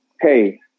Hey